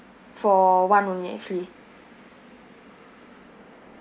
for one only actually